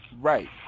Right